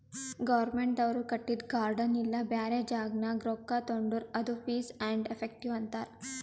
ಗೌರ್ಮೆಂಟ್ದವ್ರು ಕಟ್ಟಿದು ಗಾರ್ಡನ್ ಇಲ್ಲಾ ಬ್ಯಾರೆ ಜಾಗನಾಗ್ ರೊಕ್ಕಾ ತೊಂಡುರ್ ಅದು ಫೀಸ್ ಆ್ಯಂಡ್ ಎಫೆಕ್ಟಿವ್ ಅಂತಾರ್